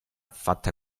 fatta